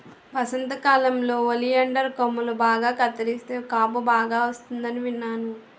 వసంతకాలంలో ఒలియండర్ కొమ్మలు బాగా కత్తిరిస్తే కాపు బాగా వస్తుందని విన్నాను